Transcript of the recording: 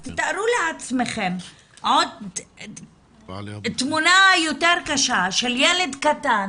אז תתארו לעצמכם תמונה יותר קשה של ילד קטן